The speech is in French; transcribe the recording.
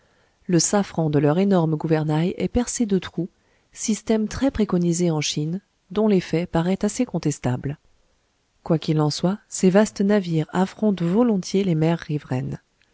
le safran de leur énorme gouvernail est percé de trous système très préconisé en chine dont l'effet parait assez contestable quoi qu'il en soit ces vastes navires affrontent volontiers les mers riveraines